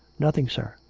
nothing, sir.